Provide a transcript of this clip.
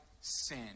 sin